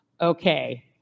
Okay